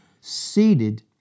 seated